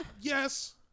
Yes